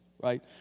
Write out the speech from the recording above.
right